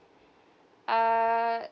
err